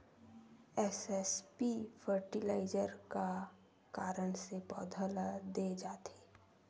SSP fertiliser का कारण से पौधा ल दे जाथे?